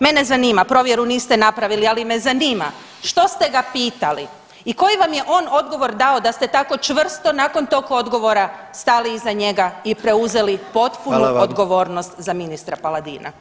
Mene zanima, provjeru niste napravili, ali me zanima što ste ga pitali i koji vam je on odgovor dao da ste tako čvrsto nakon tog odgovora stali iza njega i preuzeli potpunu odgovornost [[Upadica: Hvala vam.]] za ministra Paladina.